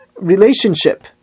relationship